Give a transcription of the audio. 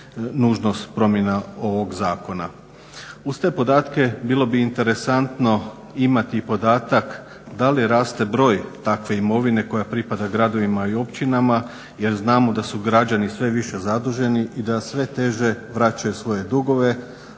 nužnost promjena ovog zakona. Uz te podatke bilo bi interesantno imati podatak da li raste broj takve imovine koja pripada gradovima i općinama jel znamo da su građani sve više zaduženi i da sve teže vraćaju svoje dugove,